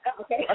Okay